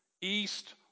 east